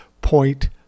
point